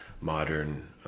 modern